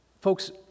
folks